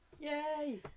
Yay